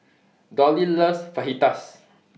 Dolly loves Fajitas